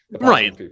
right